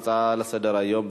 ההצעה לסדר-היום בנושא: